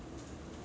没有啦那个